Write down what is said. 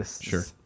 sure